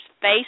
face